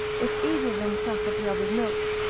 if either of them suck of the other's milk,